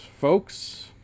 Folks